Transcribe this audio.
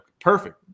Perfect